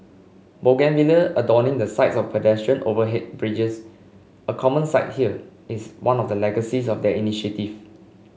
bougainvillea adorning the sides of pedestrian overhead bridges a common sight here is one of the legacies of the initiative